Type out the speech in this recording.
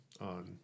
on